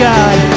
God